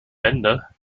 wende